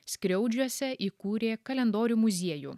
skriaudžiuose įkūrė kalendorių muziejų